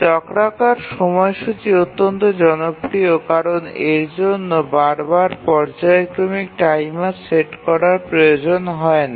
চক্রাকার সময়সূচী অত্যন্ত জনপ্রিয় কারণ এর জন্য বার বার পর্যায়ক্রমিক টাইমার সেট করার প্রয়োজন হয় না